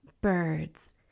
Birds